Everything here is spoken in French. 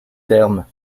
termes